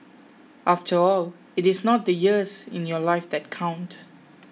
after all it is not the years in your life that count